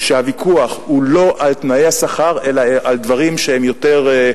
שהוויכוח הוא לא על תנאי השכר אלא על דברים שהם יותר,